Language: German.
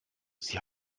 sie